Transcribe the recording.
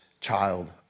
child